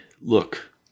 look